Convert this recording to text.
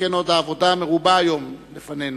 שכן עוד העבודה מרובה היום לפנינו.